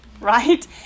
right